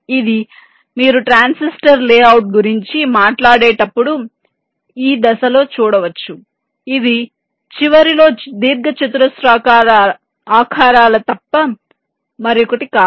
ఇది మీరు transistor layout గురించి మాట్లాడేటప్పుడు ఈ దశలో చూడవచ్చు ఇది చివరిలో దీర్ఘచతురస్రాకార ఆకారాలు తప్ప మరొకటి కాదు